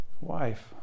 wife